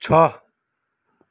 छ